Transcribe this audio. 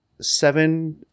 seven